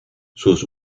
sus